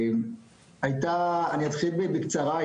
אני אתחיל בקצרה,